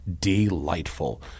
delightful